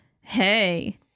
hey